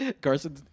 carson